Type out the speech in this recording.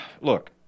look